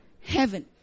Heaven